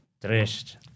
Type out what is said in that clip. dressed